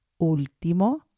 último